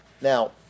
Now